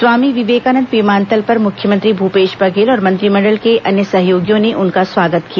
स्वामी विवेकानंद विमानतल पर मुख्यमंत्री भूपेश बघेल और मंत्रिमंडल के अन्य सहयोगियों ने उनका स्वागत किया